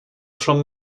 from